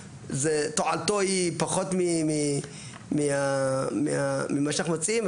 תועלתו היא פחות ממה שאנחנו מציעים,